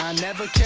um never